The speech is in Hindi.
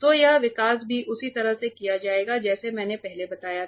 तो यह विकास भी उसी तरह से किया जाएगा जैसा मैंने पहले बताया था